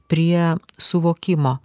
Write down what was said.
prie suvokimo